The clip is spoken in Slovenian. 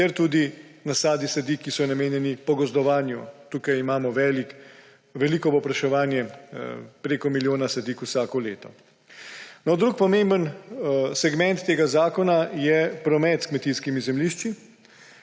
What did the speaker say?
ter tudi nasadi sadik, ki so namenjeni pogozdovanju. Tukaj imamo veliko povpraševanje, preko milijona sadik vsako leto. Drug pomemben segment tega zakona je promet s kmetijskimi zemljišči.